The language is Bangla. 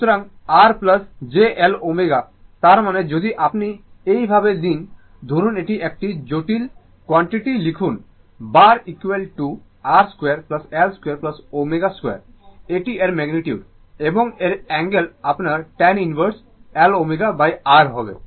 সুতরাং R j L ω তার মানে যদি আপনি এই ভাবে নেন ধরুন এটি একটি জটিল কোয়ান্টিটি লিখুন বার R 2 L 2 ω 2এটি এর ম্যাগনিটিউড এবং এর অ্যাঙ্গেল আপনার tan ইনভার্স L ω R হবে